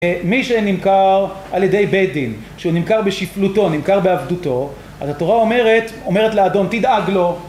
מי שנמכר על ידי בית דין, שהוא נמכר בשפלותו, נמכר בעבדותו, אז התורה אומרת, אומרת לאדון תדאג לו